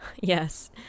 Yes